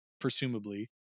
presumably